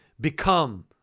become